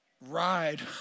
ride